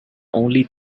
only